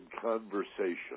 conversation